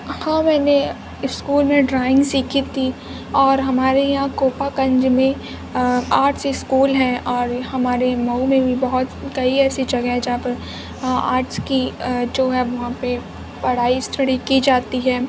ہاں میں نے اسکول میں ڈرائینگ سیکھی تھی اور ہمارے یہاں کوپا گنج میں آرٹس اسکول ہیں اور ہمارے مئو میں بھی بہت کئی ایسی جگہ ہیں جہاں پر آرٹس کی جو ہے وہاں پہ پڑھائی اسٹڈی کی جاتی ہے